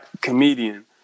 comedian